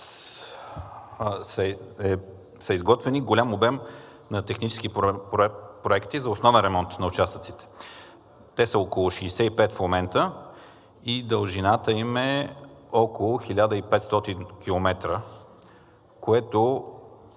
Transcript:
са изготвени голям обем технически проекти за основен ремонт на участъците. Те са около 65 в момента и дължината им е около 1500 км, което